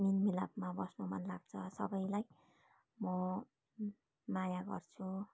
मेलमिलापमा बस्नु मन लाग्छ सबैलाई म माया गर्छु